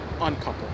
uncouple